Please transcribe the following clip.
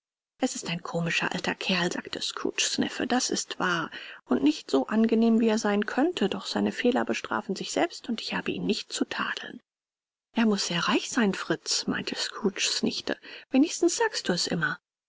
es ist ein komischer alter kerl sagte scrooges neffe das ist wahr und nicht so angenehm wie er sein könnte doch seine fehler bestrafen sich selbst und ich habe ihn nicht zu tadeln er muß sehr reich sein fritz meinte scrooges nichte wenigstens sagst du es immer